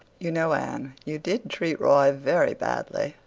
you know, anne, you did treat roy very badly.